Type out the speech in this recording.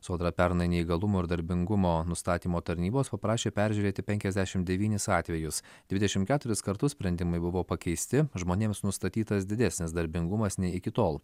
sodra pernai neįgalumo ir darbingumo nustatymo tarnybos paprašė peržiūrėti penkiasdešimt devynis atvejus dvidešimt keturis kartus sprendimai buvo pakeisti žmonėms nustatytas didesnis darbingumas nei iki tol